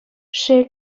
шел